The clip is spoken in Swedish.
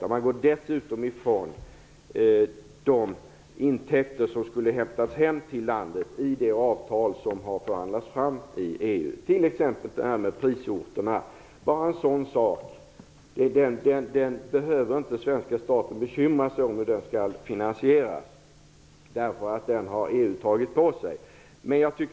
Man avstår dessutom från de intäkter som skulle ha hämtats hem till landet genom det avtal som har förhandlats fram med Se bara på en sådan sak! Den svenska staten behöver inte bekymra sig för hur den skall finansieras, eftersom EU har tagit på sig den.